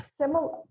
similar